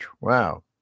wow